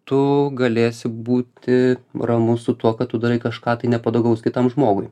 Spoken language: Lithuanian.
tu galėsi būti ramus su tuo kad tu darai kažką tai nepatogaus kitam žmogui